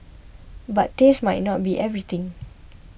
but taste might not be everything